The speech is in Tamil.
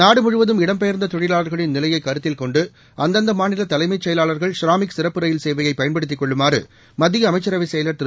நாடு முழுவதும் இடம் பெயர்ந்த தொழிலாளர்களின் நிலையைக் கருத்தில் கொண்டு அந்தந்த மாநில தலைமை செயலாளர்கள் ஷ்ராமிக் சிறப்பு ரயில் சேவையைப் பயன்படுத்திக் கொள்ளுமாறு மத்திய அமைச்சரவை செயலர் திரு